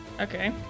Okay